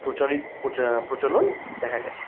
প্রচলন দেখা গেছে